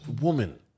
woman